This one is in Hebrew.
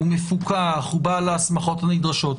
מפוקח והוא בעל ההסמכות הנדרשות?